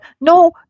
No